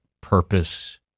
purpose